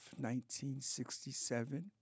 1967